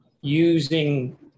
using